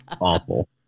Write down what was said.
awful